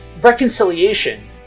Reconciliation